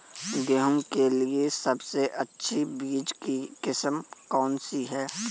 गेहूँ के लिए सबसे अच्छी बीज की किस्म कौनसी है?